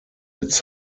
its